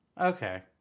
Okay